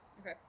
Okay